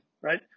right